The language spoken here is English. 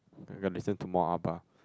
I gotta listen to more Abba